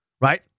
right